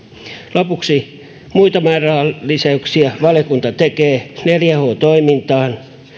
lopuksi muita määrärahalisäyksiä valiokunta tekee neljä h toimintaan